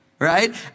right